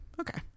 Okay